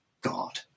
God